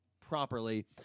properly